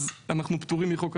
אז אנחנו פטורים מחוק החשמל.